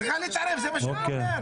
צריכה להתערב, זה מה שאני אומר.